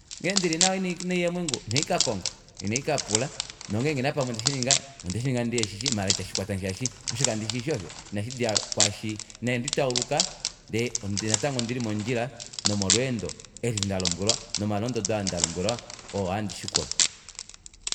Ngheendili nawa ina ndiya eemwengu ina ndikakonga inandi kapula nongenge napamwe ondeshininga ondeshininga ndiheshishi maala itashikwatange shaashi osho kandishishi osho inashidja kwaashi ina nditauluka ndee natango ondili modjila nomolweendo eli ndalombwelwa nomalondodo aa ndalombwelwa oo handi shikula